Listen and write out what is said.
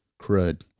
crud